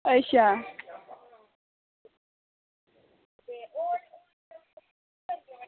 अच्छा